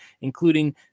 including